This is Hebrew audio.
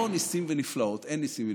לא ניסים ונפלאות, אין ניסים ונפלאות,